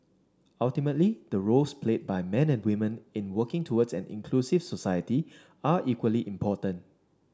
ultimately the roles played by men and women in working toward an inclusive society are equally important